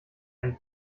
einen